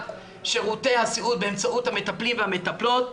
שירותי הסיעוד באמצעות המטפלים והמטפלות,